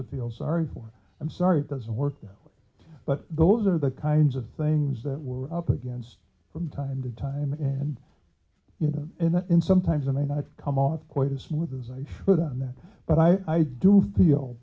to feel sorry for i'm sorry it doesn't work but those are the kinds of things that we're up against from time to time and you know in the in sometimes i may not come off quite a smooth as i put on that but i do feel